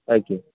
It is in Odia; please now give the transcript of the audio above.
ଆଜ୍ଞା